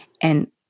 and-